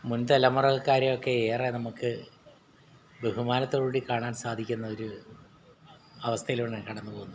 മുൻതലമുറക്കാരയൊക്കെ ഏറെ നമുക്ക് ബഹുമാനത്തോടുകൂടി കാണാൻ സാധിക്കുന്ന ഒരു അവസ്ഥയിലൂടെയാണ് കടന്നുപോകുന്നത്